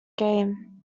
game